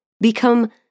become